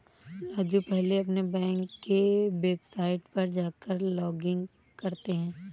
राजू पहले अपने बैंक के वेबसाइट पर जाकर लॉगइन करता है